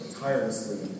tirelessly